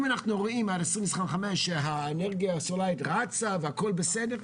אם אנחנו רואים עד 2025 שהאנרגיה הסולארית רצה והכול בסדר,